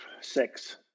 six